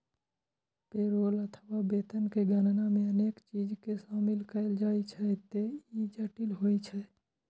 payroll अथवा वेतन के गणना मे अनेक चीज कें शामिल कैल जाइ छैं, ते ई जटिल होइ छै